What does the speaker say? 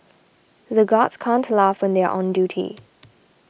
the guards can't laugh when they are on duty